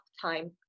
time